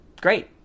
Great